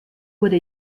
wurde